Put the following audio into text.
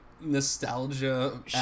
nostalgia